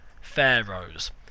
pharaohs